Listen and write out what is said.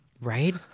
Right